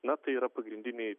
ne tai yra pagrindiniai